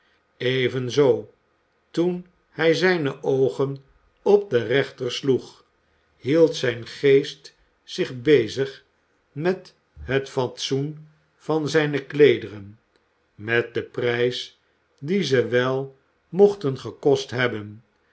evenzoo toen hij zijne oogen op den rechter sloeg hield zijn geest zich bezig met het fatsoen van zijne kleederen met den prijs dien ze wel mochten gekost hebben